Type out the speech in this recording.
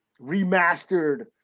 remastered